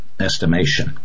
estimation